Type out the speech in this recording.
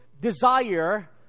desire